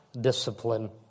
discipline